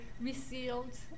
resealed